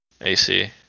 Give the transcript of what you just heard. AC